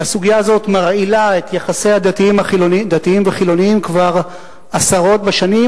והסוגיה הזאת מרעילה את יחסי הדתיים והחילונים כבר עשרות בשנים,